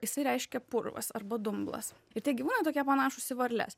jisai reiškia purvas arba dumblas ir tie gyvūnai tokie panašūs į varles